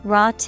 Raw